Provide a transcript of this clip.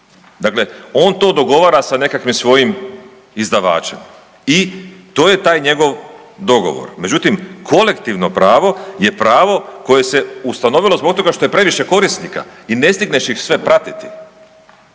dakle on to dogovara sa nekakvim svojim izdavačem i to je taj njegov dogovor. Međutim, kolektivno pravo je pravo koje se ustanovilo zbog toga što je previše korisnika i ne stigneš ih sve pratiti,